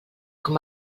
com